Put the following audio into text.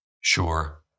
Sure